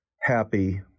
happy